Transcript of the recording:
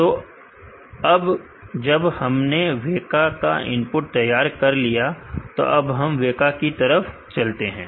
तो अब जब हमने वेका का इनपुट तैयार कर लिया है तो अब हम वेका की तरफ चलते हैं